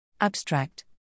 Abstract